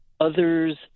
Others